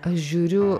aš žiūriu